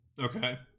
Okay